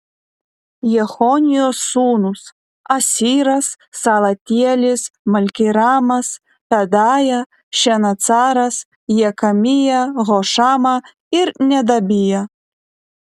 jechonijo sūnūs asiras salatielis malkiramas pedaja šenacaras jekamija hošama ir nedabija